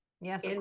yes